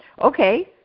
Okay